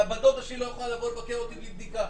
הבת דודה שלי לא יכולה לבוא לבקר אותי בלי בדיקה,